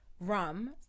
rum